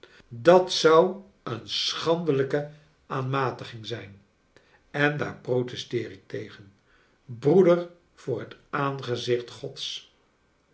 dat zou een schandelijke aanmatiging zijn en daar protesteer ik tegen broeder voor het aangezieht gods